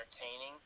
entertaining